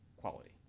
quality